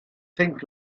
things